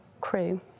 crew